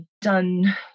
done